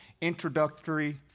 introductory